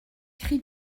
cri